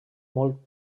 molt